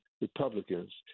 Republicans